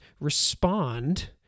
respond